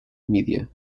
media